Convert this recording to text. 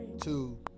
Two